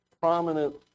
prominent